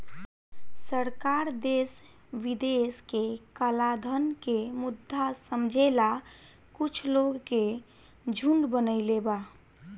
सरकार देश विदेश के कलाधन के मुद्दा समझेला कुछ लोग के झुंड बनईले बा